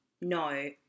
no